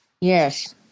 yes